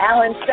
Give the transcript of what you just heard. Alan